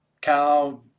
cow